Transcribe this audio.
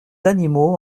animaux